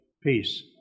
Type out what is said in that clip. peace